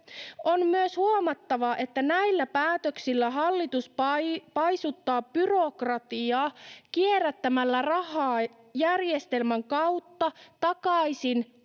On myös huomattava, että näillä päätöksillä hallitus paisuttaa byrokratiaa kierrättämällä rahaa järjestelmän kautta takaisin